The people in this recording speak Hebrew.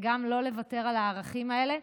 וגם לא לוותר על הערכים האלה.